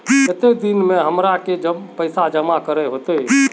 केते दिन में हमरा के पैसा जमा करे होते?